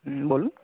হুম বলুন